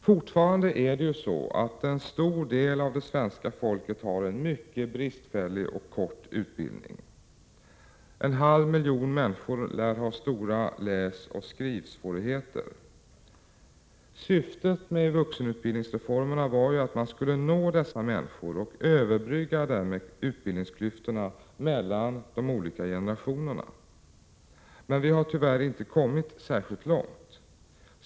Fortfarande har en stor del av det svenska folket mycket bristfällig och kort utbildning. En halv miljon människor lär ha stora läsoch skrivsvårigheter. Syftet med vuxenutbildningsreformerna var att man skulle nå dessa människor och överbrygga utbildningsklyftorna mellan olika generationer. Vi har tyvärr inte kommit särskilt långt.